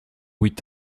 huit